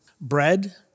bread